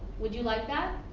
would you like that?